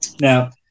Now